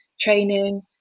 training